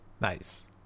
Nice